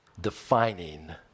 defining